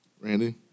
Randy